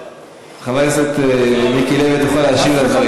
חבר הכנסת מיקי לוי, תוכל להשיב על הדברים.